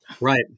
Right